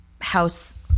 House